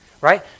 Right